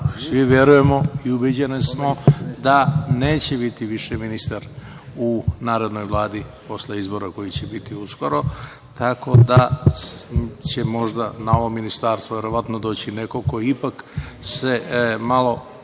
svi verujemo i ubeđeni smo da neće biti više ministar u narednoj vladi posle izbora koji će biti uskoro, tako da će možda na ovo ministarstvo verovatno doći neko ko ipak malo